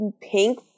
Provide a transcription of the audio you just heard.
pink